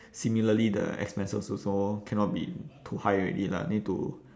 similarly the expenses also cannot be too high already lah need to